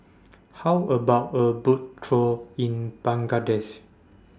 How about A Boat Chor in